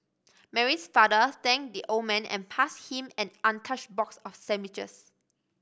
Mary's father thanked the old man and passed him an untouched box of sandwiches